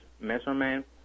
measurement